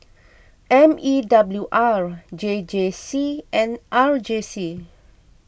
M E W R J J C and R J C